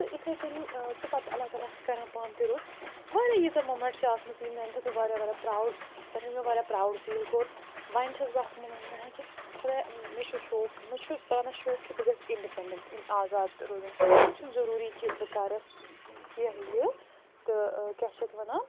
تہٕ یِتھَے کٔنی چھُ پَتہٕ اللہ تعالیٰ کران پانہٕ تہِ رُت واریاہ ییٖژاہ موٗمٮ۪نٛٹ چھےٚ آسمَژ یِم میٛانہِ خٲطرٕ واریاہ واریاہ پرٛاوُڈ یَتھ منٛز مےٚ واریاہ پرٛاوُڈ فیٖل کوٚر وۄنۍ چھَس بہٕ اَکھ موٗمٮ۪نٛٹ وَنان کہِ خۄدایہ مےٚ چھِ شوق مےٚ چھُ پانَس شوق کہِ بہٕ گَژھ اِنٛڈِپٮ۪نٛڈٮ۪نٛٹ اِن آزاد تہِ روزُن یہِ چھُنہٕ ضٔروٗری کہِ بہٕ کَرٕ کیٚنٛہہ یہِ تہٕ کیٛاہ چھِ اَتھ وَنان